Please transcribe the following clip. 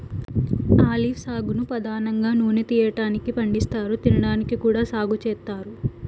olive సాగును పధానంగా నూనె తీయటానికి పండిస్తారు, తినడానికి కూడా సాగు చేత్తారు